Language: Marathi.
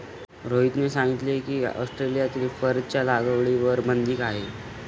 रोहितने सांगितले की, ऑस्ट्रेलियात फरच्या लागवडीवर बंदी आहे